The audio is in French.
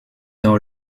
dans